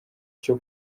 cyo